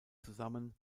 zusammen